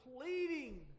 pleading